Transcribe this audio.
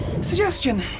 Suggestion